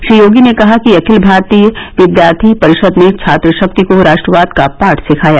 श्री योगी ने कहा कि अखिल भारतीय विद्यार्थी परिषद ने छात्र शक्ति को राष्ट्रवाद का पाठ सिखाया